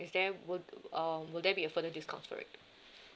is there wi~ uh will there be a further discount for it